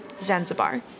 Zanzibar